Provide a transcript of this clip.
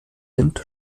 sind